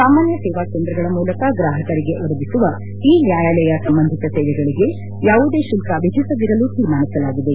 ಸಾಮಾನ್ಯ ಸೇವಾ ಕೇಂದ್ರಗಳ ಮೂಲಕ ಗ್ರಾಹಕರಿಗೆ ಒದಗಿಸುವ ಇ ನ್ಯಾಯಾಲಯ ಸಂಬಂಧಿತ ಸೇವೆಗಳಿಗೆ ಯಾವುದೇ ಶುಲ್ಕ ವಿಧಿಸದಿರಲು ತೀರ್ಮಾನಿಸಲಾಗಿದೆ